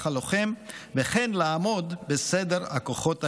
הלוחם וכן לעמוד בסדר הכוחות הדרוש.